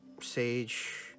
sage